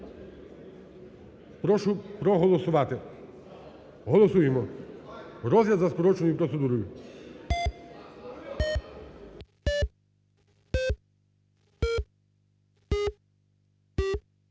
Прошу проголосувати. Голосуємо розгляд за скороченою процедурою.